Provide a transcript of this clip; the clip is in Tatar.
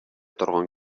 торган